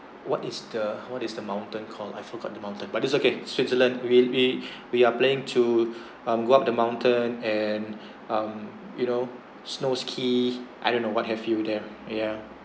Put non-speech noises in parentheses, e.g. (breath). what is the what is the mountain called I forgot the mountain but it's okay switzerland we'll be (breath) we are planning to um go up the mountain and um you know snow ski I don't know what have you there yeah